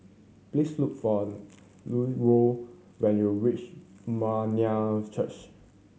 please look for Lucero when you reach Church